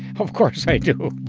of course, i do.